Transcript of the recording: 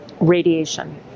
radiation